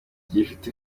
ngirinshuti